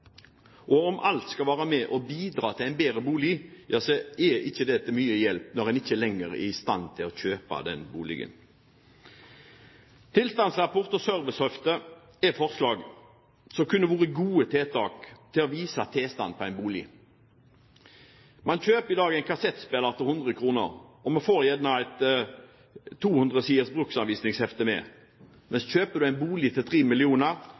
Selv om alt skal være med og bidra til en bedre bolig, er ikke det til mye hjelp når en ikke lenger er i stand til å kjøpe den boligen. Tilstandsrapport og servicehefte er forslag som kunne vært gode tiltak for å vise tilstanden på en bolig. Man kjøper i dag en kassettspiller til 100 kr, og man får gjerne med et 200-siders bruksanvisningshefte, men kjøper du en bolig til